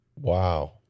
Wow